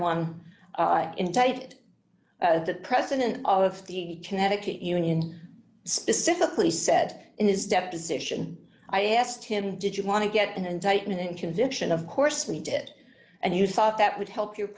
that the president of the connecticut union specifically said in his deposition i asked him did you want to get in and tighten and conviction of course we did and you thought that would help your